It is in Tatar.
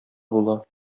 була